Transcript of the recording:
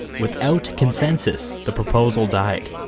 without consensus, the proposal died.